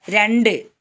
രണ്ട്